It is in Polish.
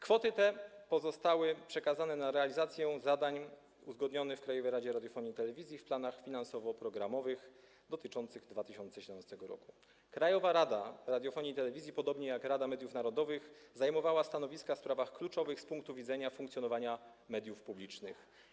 Kwoty te zostały przekazane na realizację zadań uzgodnionych z Krajową Radą Radiofonii i Telewizji, zawartych w planach finansowo-programowych dotyczących 2017 r. Krajowa Rada Radiofonii i Telewizji, podobnie jak Rada Mediów Narodowych, zajmowała stanowiska w sprawach kluczowych z punktu widzenia funkcjonowania mediów publicznych.